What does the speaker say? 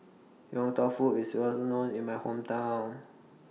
Yong Tau Foo IS Well known in My Hometown